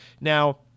Now